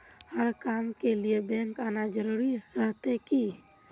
हर काम के लिए बैंक आना जरूरी रहते की?